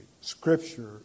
Scripture